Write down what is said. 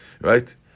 right